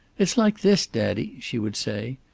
it's like this, daddy, she would say.